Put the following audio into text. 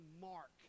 mark